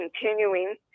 continuing